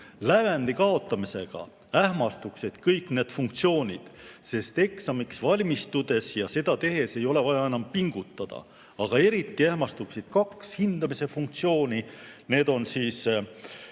kaotamisega ähmastuksid kõik need funktsioonid, sest eksamiks valmistudes ja eksamit tehes ei ole vaja enam pingutada. Aga eriti ähmastuksid kaks hindamisfunktsiooni. Esiteks,